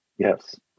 Yes